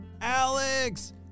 Alex